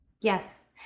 Yes